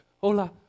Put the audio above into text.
hola